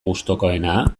gustukoena